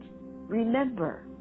Remember